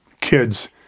Kids